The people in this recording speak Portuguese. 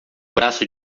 braço